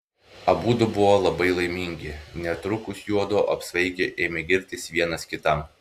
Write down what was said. abudu buvo labai laimingi netrukus juodu apsvaigę ėmė girtis vienas kitam